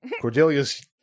Cordelia's